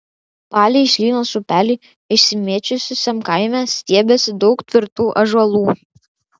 palei šlynos upelį išsimėčiusiame kaime stiebėsi daug tvirtų ąžuolų